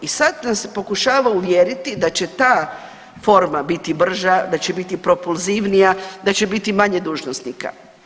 I sad nas se pokušava uvjeriti da će ta forma biti brža, da će biti propulzivnija, da će biti manje dužnosnika.